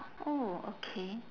oh okay